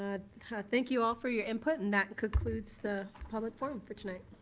ah thank you all for your input and that concludes the public forum for tonight.